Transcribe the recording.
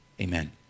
Amen